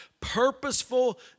purposeful